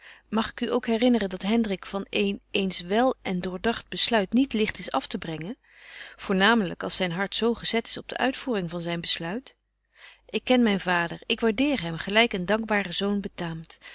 mag ik u ook herinneren dat hendrik van een eens wel en drdagt besluit betje wolff en aagje deken historie van mejuffrouw sara burgerhart niet ligt is aftebrengen voornamenlyk als zyn hart zo gezet is op de uitvoering van zyn besluit ik ken myn vader ik waardeer hem gelyk een dankbaren zoon betaamt